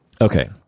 okay